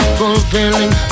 fulfilling